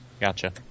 Gotcha